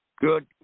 Good